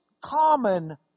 common